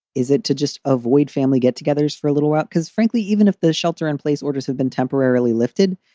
is it to just avoid family get togethers for a little while? because frankly, even if the shelter in place orders have been temporarily lifted,